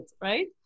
right